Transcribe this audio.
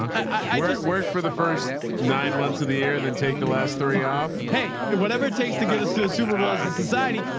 i just worked for the first nine months of the year and then take the last three off. hey, whatever it takes to get us through the super bowl as the society,